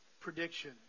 prediction